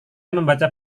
membaca